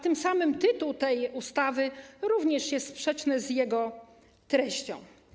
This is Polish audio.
Tym samym tytuł tej ustawy również jest sprzeczny z jej treścią.